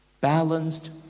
balanced